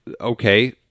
okay